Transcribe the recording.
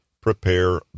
prepare